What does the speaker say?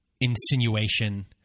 insinuation